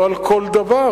לא על כל דבר,